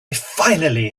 finally